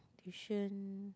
tuition